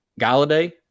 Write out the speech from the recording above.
Galladay